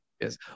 Yes